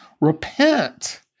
Repent